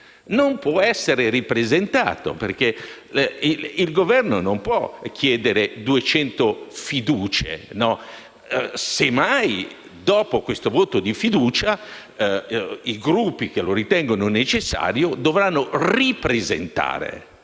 non può essere esaminato, perché il Governo non può chiedere 200 fiducie. Semmai, dopo questo voto di fiducia, i Gruppi che lo ritenessero necessario dovranno ripresentare